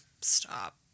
stop